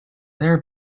there